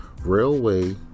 Railway